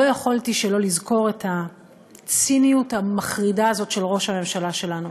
לא יכולתי שלא לזכור את הציניות המחרידה הזאת של ראש הממשלה שלנו.